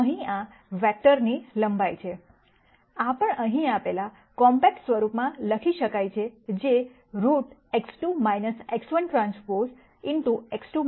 આ અહીં આ વેક્ટરની લંબાઈ છે આ પણ અહીં આપેલ કોમ્પેક્ટ સ્વરૂપમાં લખી શકાય છે જે રુટ T છે